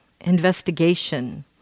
Investigation